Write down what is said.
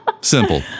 Simple